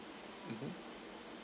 mmhmm